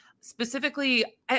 specifically